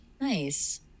Nice